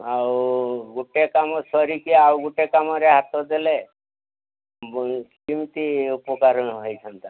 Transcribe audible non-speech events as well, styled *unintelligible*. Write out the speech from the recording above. ଆଉ ଗୋଟେ କାମ ସରିକି ଆଉ ଗୋଟେ କାମରେ ହାତ ଦେଲେ ବୋ *unintelligible* କେମିତି ଉପକାର ନ ହୋଇଥାନ୍ତା